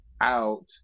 out